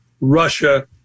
Russia